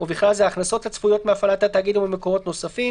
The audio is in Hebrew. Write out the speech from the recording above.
ובכלל זה ההכנסות הצפויות מהפעלת התאגיד וממקורות נוספים,